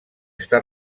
està